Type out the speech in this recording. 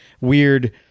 weird